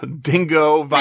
dingo